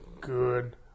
good